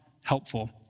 helpful